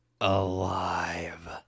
alive